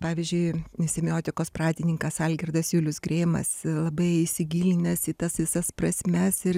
pavyzdžiui semiotikos pradininkas algirdas julius greimas labai įsigilinęs į tas visas prasmes ir